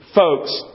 folks